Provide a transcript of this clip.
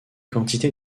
quantité